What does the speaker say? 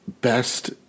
Best